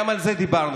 גם על זה דיברנו,